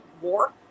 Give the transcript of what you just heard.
war